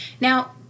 Now